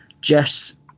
Jess